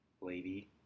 Lady